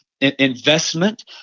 investment